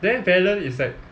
then valen is like